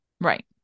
Right